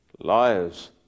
Liars